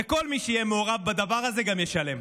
וכל מי שיהיה מעורב בדבר הזה גם ישלם.